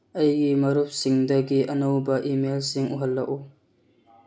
ꯑꯩꯒꯤ ꯃꯔꯨꯞꯁꯤꯡꯗꯒꯤ ꯑꯅꯧꯕ ꯏꯃꯦꯜꯁꯤꯡ ꯎꯍꯜꯂꯛꯎ